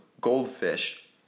goldfish